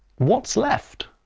what's left?